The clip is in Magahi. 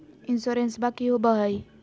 इंसोरेंसबा की होंबई हय?